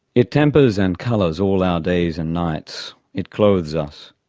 it tempers and colours all our days and nights, it clothes us,